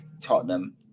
Tottenham